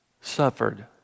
suffered